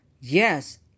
Yes